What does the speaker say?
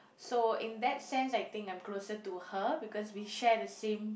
so in that sense I think I'm closer to her because we share the same